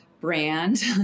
brand